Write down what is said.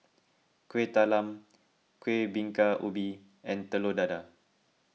Kueh Talam Kuih Bingka Ubi and Telur Dadah